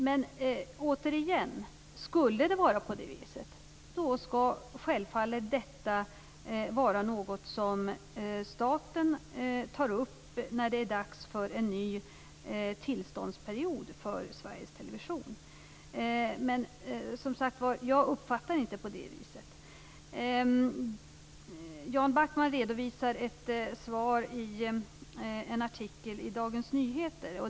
Men jag säger återigen att om det skulle vara på det viset skall staten självfallet ta upp detta när det är dags för en ny tillståndsperiod för Sveriges Television. Jag uppfattar det dock som sagt var inte på det viset. Jan Backman redovisar ett svar i en artikel i Dagens Nyheter.